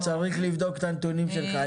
אתה צריך לבדוק את הנתונים שלך,